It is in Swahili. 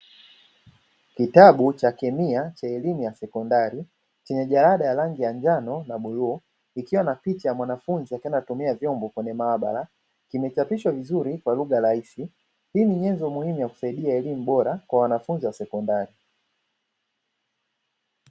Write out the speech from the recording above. Kitabu cha kemia cha elimu ya sekondari chenye jalada ya rangi ya njano na bluu ikiwa na picha ya mwanafunzi akiwa anatumia vyombo kwenye maabara, kimechapishwa vizuri kwa lugha rahisi hii ni nyenzo muhimu ya kusaidia elimu bora kwa wanafunzi wa sekondari.